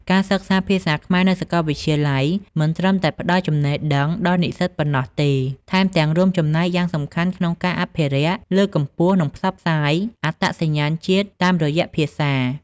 ការសិក្សាភាសាខ្មែរនៅសាកលវិទ្យាល័យមិនត្រឹមតែផ្តល់ចំណេះដឹងដល់និស្សិតប៉ុណ្ណោះទេ ថែមទាំងរួមចំណែកយ៉ាងសំខាន់ក្នុងការ អភិរក្ស លើកកម្ពស់ និង ផ្សព្វផ្សាយ អត្តសញ្ញាណជាតិតាមរយៈភាសា។